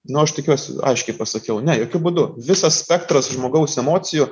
nu aš tikiuosi aiškiai pasakiau ne jokiu būdu visas spektras žmogaus emocijų